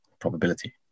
probability